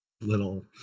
little